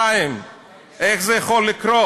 איך זה יכול לקרות,